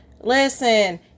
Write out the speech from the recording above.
Listen